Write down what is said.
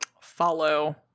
follow